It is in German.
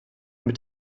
mit